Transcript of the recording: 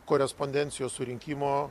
korespondencijos surinkimo